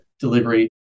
delivery